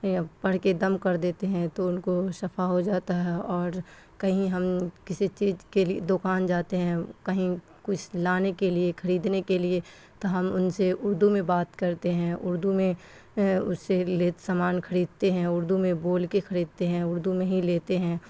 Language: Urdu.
یا پڑھ کے دم کر دیتے ہیں تو ان کو شفا ہو جاتا ہے اور کہیں ہم کسی چیز کے لیے دکان جاتے ہیں کہیں کچھ لانے کے لیے خریدنے کے لیے تو ہم ان سے اردو میں بات کرتے ہیں اردو میں اس سے لے سامان خریدتے ہیں اردو میں بول کے خریدتے ہیں اردو میں ہی لیتے ہیں